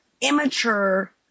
immature